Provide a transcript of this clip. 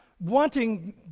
wanting